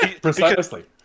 Precisely